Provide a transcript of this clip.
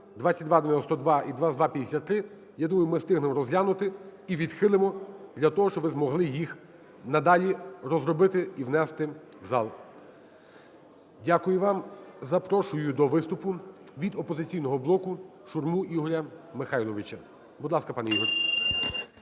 2292 і 2253. Я думаю, ми встигнемо розглянути і відхилимо, для того щоб ви змогли їх надалі розробити і внести в зал. Дякую вам. Запрошую до виступу від "Опозиційного блоку"Шурму Ігоря Михайловича. Будь ласка, пане Ігор.